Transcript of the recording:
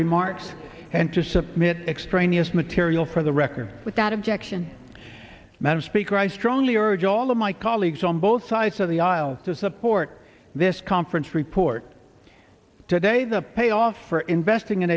remarks and to submit extraneous material for the record without objection madam speaker i strongly urge all of my colleagues on both sides of the aisle to support this conference report today the payoff for investing in